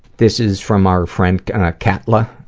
this is from our friend catla,